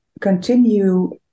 continue